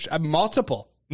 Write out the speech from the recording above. Multiple